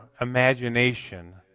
imagination